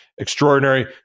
extraordinary